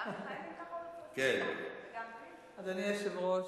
אדוני היושב-ראש,